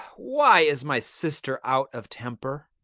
why is my sister out of temper?